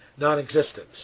non-existence